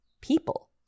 People